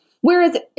Whereas